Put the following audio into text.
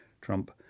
Trump